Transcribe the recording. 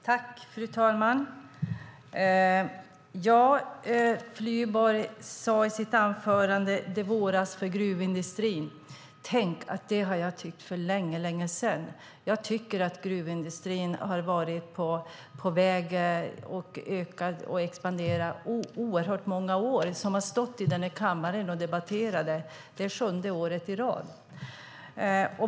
Fru talman! Flyborg sade i sitt anförande att det våras för gruvindustrin. Tänk, det har jag tyckt för länge sedan! Jag tycker att gruvindustrin har varit på väg att expandera under oerhört många år. Jag har stått i denna kammare och debatterat detta sju år i rad.